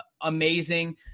amazing